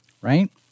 right